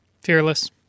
Fearless